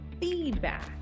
feedback